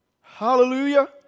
Hallelujah